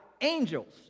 angels